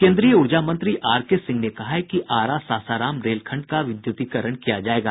केंद्रीय ऊर्जा मंत्री आर के सिंह ने कहा है कि आरा सासाराम रेलखंड का विद्युतीकरण किया जायेगा